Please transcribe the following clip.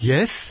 Yes